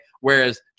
whereas